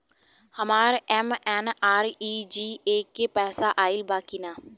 हमार एम.एन.आर.ई.जी.ए के पैसा आइल बा कि ना?